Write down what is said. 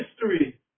history